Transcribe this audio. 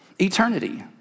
eternity